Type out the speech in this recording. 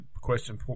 question